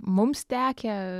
mums tekę